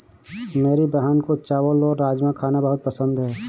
मेरी बहन को चावल और राजमा खाना बहुत पसंद है